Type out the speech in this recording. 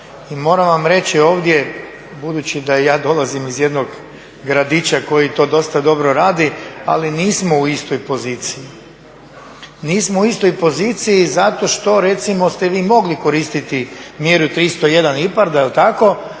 moram vam reći ovdje, budući da ja dolazim iz jednog gradića koji to dosta dobro radi, ali nismo u istoj poziciji. Nismo u istoj poziciji zato što recimo ste vi mogli koristiti mjeru 301 IPARD-a, a moj